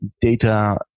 data